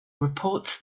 reports